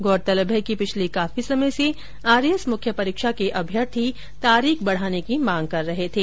गौरतलब है कि पिछले काफी समय से आरएएस मुख्य परीक्षा के अभ्यर्थी तारीख बढ़ाने की मांग कर रहे थे